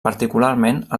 particularment